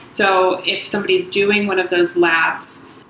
so if somebody's doing one of those labs,